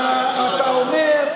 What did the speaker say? אתה לא קראת אותן.